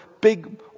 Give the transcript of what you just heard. big